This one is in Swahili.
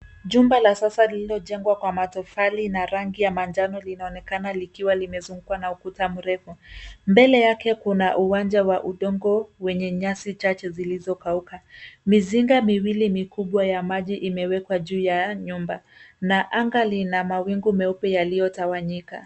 Jumba la sasa lililojengwa kwa matofali na rangi ya manjano, linaonekana likiwa limezungukwa na ukuta mrefu. Mbele yake kuna uwanja wa udongo, wenye nyasi chache zilizokauka . Mizinga miwili mikubwa ya maji imewekwa juu ya nyumba, na anga lina mawingu meupe yaliyotawanyika.